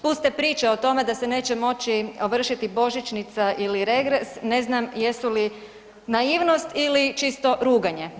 Puste priče o tome da se neće moći ovršiti božičnica ili regres ne znam jesu li naivnost ili čisto ruganje.